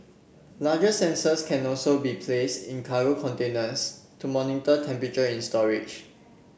larger sensors can also be place in cargo containers to monitor temperature in storage